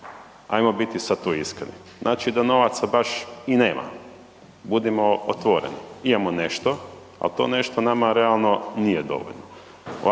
Ajmo biti sad tu iskreni, znači da novaca baš i nema, budimo otvoreni, imamo nešto, ali to nešto nama realno nije dovoljno.